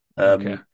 Okay